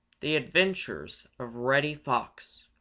the adventures of reddy fox